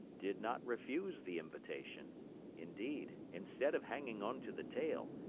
did not refuse the invitation indeed, instead of hanging onto the tail,